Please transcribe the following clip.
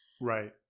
Right